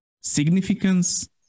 significance